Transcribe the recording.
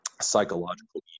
psychological